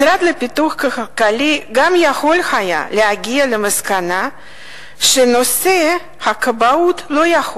משרד לפיתוח כלכלי גם יכול היה להגיע למסקנה שנושא הכבאות לא יכול